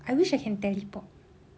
I wish I can teleport